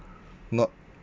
not